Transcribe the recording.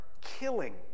killing